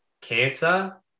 cancer